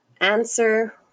answer